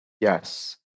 Yes